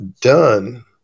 done